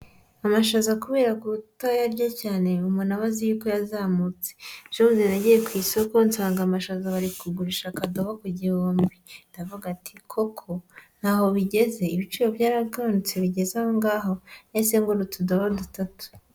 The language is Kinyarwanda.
Amashaza kubera kutayarya cyane umuntu aba azi yuko yazamutse. Ejo bundi nagiye ku isoko nsanga amashaza bari kuyagurisha akadoho ku gihumbi, ndavuga nti, '' koko naho bigeze, ibiciro byaragabanutse bigeze aho ngaho?'' Nahise ngura utudobo dutatu.